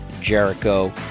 Jericho